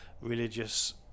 religious